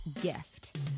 gift